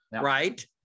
right